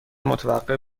متوقف